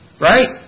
Right